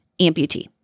amputee